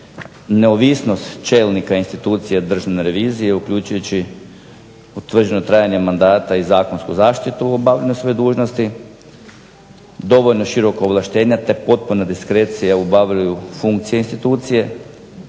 neovisnost čelnika institucije Državne revizije uključujući utvrđeno trajanje mandata i zakonsku zaštitu u obavljanju svoje dužnosti, dovoljno široka ovlaštenja te potpuna diskrecija u obavljanju funkcije institucije,